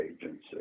Agency